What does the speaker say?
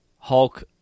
Hulk